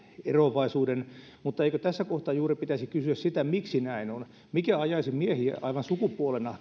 eroavaisuuden mutta eikö juuri tässä kohtaan pitäisi kysyä sitä miksi näin on mikä ajaisi miehiä aivan sukupuolena